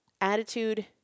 Attitude